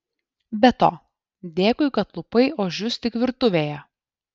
be to dėkui kad lupai ožius tik virtuvėje